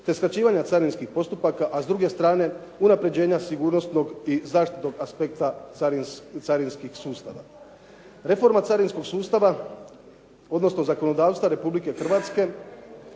te skraćivanja carinskih postupaka a s druge strane unaprjeđenja sigurnosnog i zaštitnog aspekta carinskih sustava. Reforma carinskog sustava odnosno zakonodavstva Republike Hrvatske